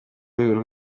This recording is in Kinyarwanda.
rwego